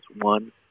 one